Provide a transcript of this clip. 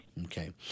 Okay